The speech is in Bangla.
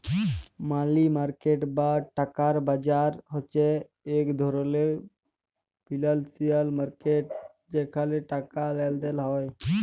মালি মার্কেট বা টাকার বাজার হছে ইক ধরলের ফিল্যালসিয়াল মার্কেট যেখালে টাকার লেলদেল হ্যয়